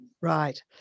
Right